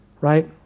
right